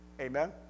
Amen